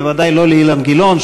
בוודאי לא לאילן גילאון,